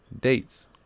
dates